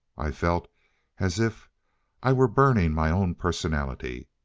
i felt as if i were burning my own personality.